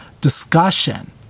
discussion